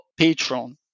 Patreon